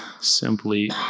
simply